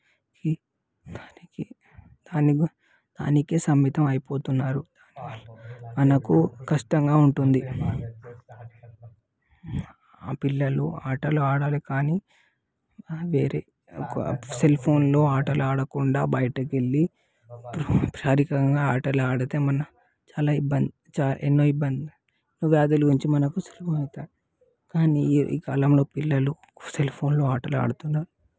కి దానికి దానికి దానికే సమ్మితం అయిపోతున్నారు మనకు కష్టంగా ఉంటుంది ఆ పిల్లలు ఆటలు ఆడాలి కానీ వేరే సెల్ ఫోన్స్లో ఆటలాడకుండా బయటకెళ్ళి శారీరకంగా ఆటలు ఆడితే మన చాలా ఇబ్బంది చా ఎన్నో ఇబ్బంది వ్యాధులు అనేవి మనకు సమకూరుతాయి కానీ ఈ కాలంలో పిల్లలు సెల్ ఫోన్స్లో ఆటలు ఆడుతున్నారు